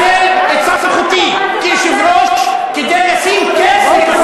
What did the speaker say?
אל תנצל את מעמדך כיושב-ראש הישיבה.